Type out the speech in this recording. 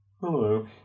hello